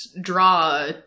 draw